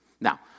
Now